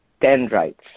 dendrites